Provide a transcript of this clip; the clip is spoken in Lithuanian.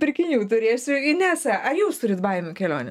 pirkinių turėsiu inesa ar jūs turit baimių kelionėm